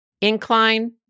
incline